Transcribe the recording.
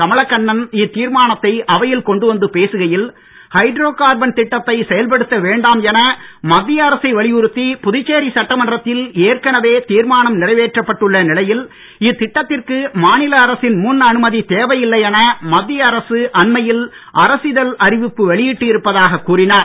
கமலக்கண்ணன் இத்தீர்மானத்தை அவையில் கொண்டு வந்து பேசுகையில் ஹைட்ரோ கார்பன் திட்டத்தை செயல்படுத்த வேண்டாம் என மத்திய அரசை வலியுறுத்தி புதுச்சேரி சட்டமன்றத்தில் ஏற்கனவே தீர்மானம் நிறைவேற்றப்பட்டுள்ள நிலையில் இத்திட்டத்திற்கு மாநில அரசின் முன் அனுமதி தேவையில்லை என மத்திய அரசு அண்மையில் அரசிதழ் அறிவிப்பு வெளியிட்டு இருப்பதாக கூறினார்